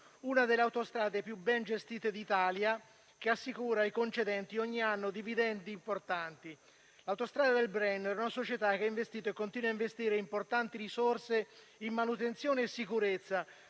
una delle autostrade meglio gestite di Italia, che ogni anno assicura ai concedenti dividendi importanti. Autostrada del Brennero è una società che ha investito e continua a investire importanti risorse in manutenzione e sicurezza,